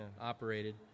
operated